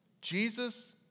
Jesus